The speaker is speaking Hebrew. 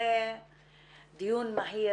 זה דיון מהיר